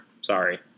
Sorry